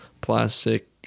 plastic